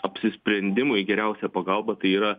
apsisprendimui geriausia pagalba tai yra